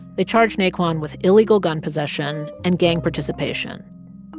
they charged naquan with illegal gun possession and gang participation.